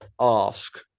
ask